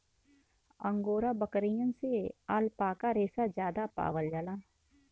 angora बकरियन से alpaca रेसा जादा पावल जाला